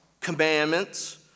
commandments